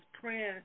praying